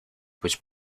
was